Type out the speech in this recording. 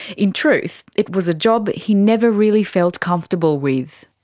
in truth it was a job he never really felt comfortable with.